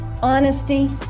honesty